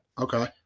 Okay